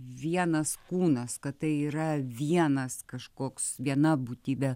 vienas kūnas kad tai yra vienas kažkoks viena būtybė